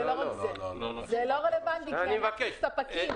זה לא רלוונטי כי מדובר על ספקים.